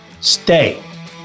stay